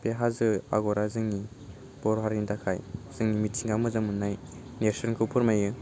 बे हाजो आगरा जोंनि बर' हारिनि थाखाय जोंनि मिथिंगा मोजां मोन्नाय नेर्सोनखौ फोरमायो